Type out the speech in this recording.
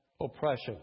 oppression